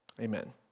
Amen